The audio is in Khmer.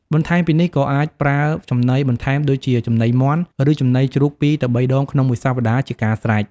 បន្ថែមពីនេះក៏អាចប្រើចំណីបន្ថែមដូចជាចំណីមាន់ ឬ ចំណីជ្រូក២ទៅ៣ដងក្នុងមួយសប្ដាហ៍ជាការស្រេច។